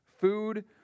food